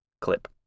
clip